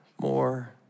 more